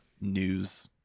news